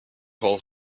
hole